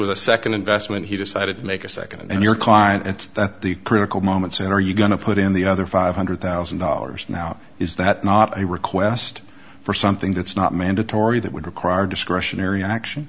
was a second investment he decided to make a second and your client and that the critical moments in are you going to put in the other five hundred thousand dollars now is that not a request for something that's not mandatory that would require discretionary action